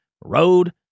road